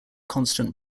constant